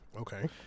Okay